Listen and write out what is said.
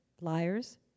liars